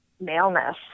maleness